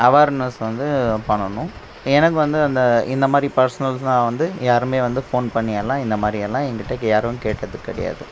awareness வந்து பண்ணணும் எனக்கு வந்து அந்த இந்தமாதிரி பர்ஸ்னல்ஸ்லாம் வந்து யாரும் வந்து ஃபோன் பண்ணியெல்லாம் இந்தமாதிரியெல்லாம் என்கிட்ட யாரும் கேட்டது கிடையாது